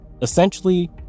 Essentially